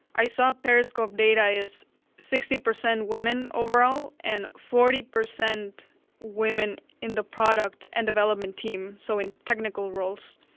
i saw periscope data is sixty percent women overall, and forty percent women in the product and development team, so in technical roles.